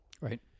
Right